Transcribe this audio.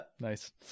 Nice